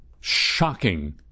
Shocking